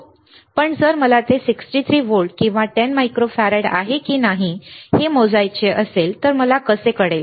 पण जर मला ते 63 व्होल्ट किंवा 10 मायक्रोफॅरड आहे की नाही हे मोजायचे असेल तर मला कसे कळेल